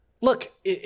Look